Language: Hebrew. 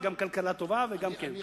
וכלכלה טובה גם כן.